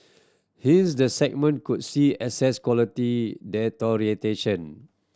hence the segment could see asset quality deterioration